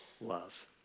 love